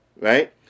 right